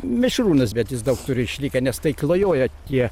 mišrūnas bet jis daug turi išlikę nes tai klajoja tie